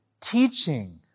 teaching